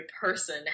person